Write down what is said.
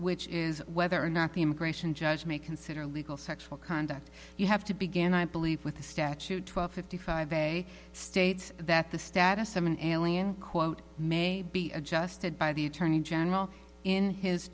which is whether or not the immigration judge may consider legal sexual conduct you have to begin i believe with the statute twelve fifty five a states that the status of an alien quote may be adjusted by the attorney general in his